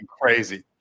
crazy